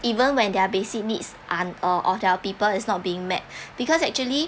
even when their basic needs un~ or of their people is not being met because actually